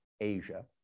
Asia